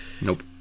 Nope